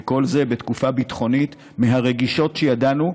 וכל זה בתקופה ביטחונית מהרגישות שידענו,